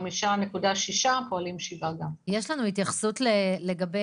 5.6 ופועלים 7. יש לנו התייחסות לגבי